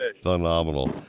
Phenomenal